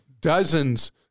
dozens